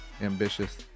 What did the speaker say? ambitious